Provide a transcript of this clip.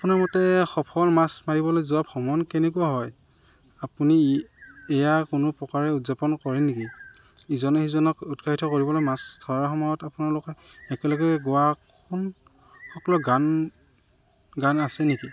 আপোনাৰ মতে সফল মাছ মাৰিবলৈ যোৱা ভ্ৰমণ কেনেকুৱা হয় আপুনি ই এয়া কোনো প্ৰকাৰে উদযাপন কৰে নেকি ইজনে সিজনক উৎসাহিত কৰিবলৈ মাছ ধৰাৰ সময়ত আপোনালোকে একেলগে গোৱা কোন সকলো গান গান আছে নেকি